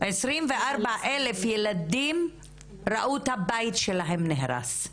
24,000 ילדים ראו את הבית שלהם נהרס.